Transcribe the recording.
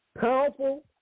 powerful